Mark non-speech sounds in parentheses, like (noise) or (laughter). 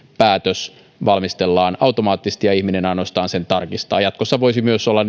päätös valmistellaan automaattisesti ja ihminen ainoastaan sen tarkistaa jatkossa voisi myös olla (unintelligible)